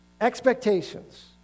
expectations